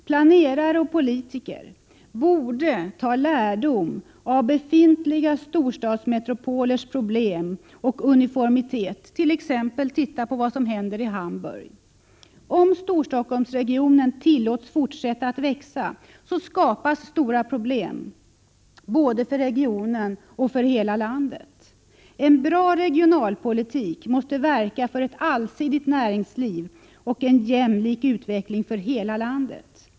Planerare och politiker borde ta lärdom av befintliga storstadsmetropolers problem och uniformitet, t.ex. Hamburgs. Om Stockholmsregionen tillåts fortsätta att växa skapas stora problem, både för regionen och för hela landet. En bra regionalpolitik måste verka för ett allsidigt näringsliv och en jämlik utveckling i hela landet.